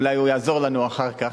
אולי הוא יעזור לנו אחר כך,